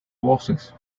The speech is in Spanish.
voces